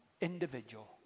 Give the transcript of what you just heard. individual